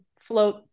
float